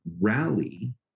rally